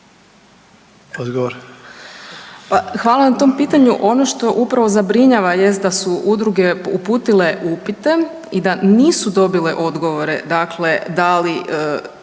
Pa hvala na tom pitanju. Ono što upravo zabrinjava jest da su udruge uputile upite i da nisu dobile odgovore. Dakle, da li